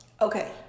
Okay